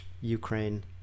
Ukraine